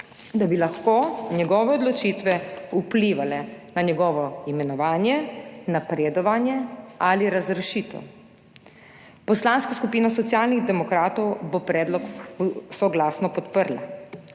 da bi lahko njegove odločitve vplivale na njegovo imenovanje, napredovanje ali razrešitev. Poslanska skupina Socialnih demokratov bo predlog soglasno podprla.